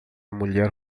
mulher